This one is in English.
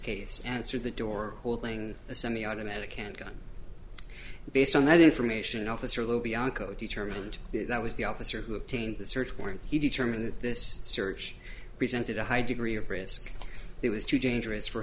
case answered the door holding a semiautomatic handgun based on that information officer little bianco determined that was the officer who obtained the search warrant he determined that this search presented a high degree of risk it was too dangerous for